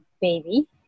baby